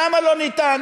למה לא ניתן?